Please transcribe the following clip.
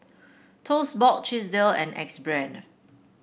Toast Box Chesdale and Axe Brand